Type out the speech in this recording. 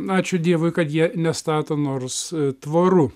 ačiū dievui kad jie nestato nors tvorų